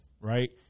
right